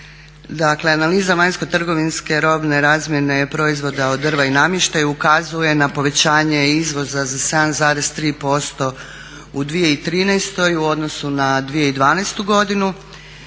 Dakle, analiza vanjsko-trgovinske robne razmjene proizvoda od drva i namještaja ukazuje na povećanje izvoza za 7,3% u 2013. u odnosu na 2012. godinu,